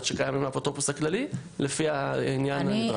שקיימות לאפוטרופוס הכללי לפי העניין הנדרש.